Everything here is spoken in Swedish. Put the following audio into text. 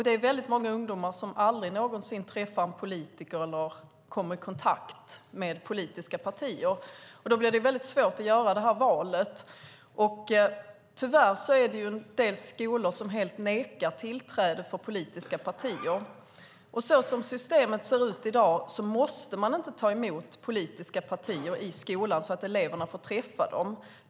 Det är väldigt många ungdomar som aldrig någonsin träffar en politiker eller kommer i kontakt med politiska partier. Då blir det mycket svårt att göra det här valet. Tyvärr är det en del skolor som helt nekar politiska partier tillträde. Som systemet i dag ser ut måste man inte ta emot politiska partier i skolan så att eleverna får träffa dem.